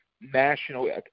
national